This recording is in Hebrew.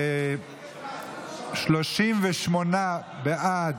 38 בעד,